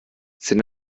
sind